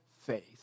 faith